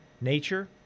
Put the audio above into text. nature